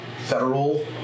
federal